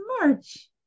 March